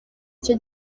cye